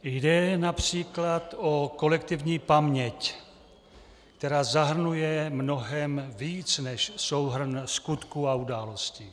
Jde například o kolektivní paměť, která zahrnuje mnohem víc než souhrn skutků a událostí.